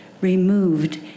removed